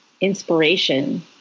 inspiration